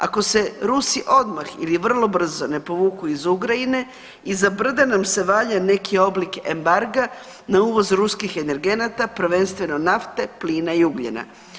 Ako se Rusi odmah ili vrlo brzo na povuku iz Ukrajine iza brda nam se valja neki oblik embarga na uvoz ruskih energenata, prvenstveno nafte, plina i ugljena.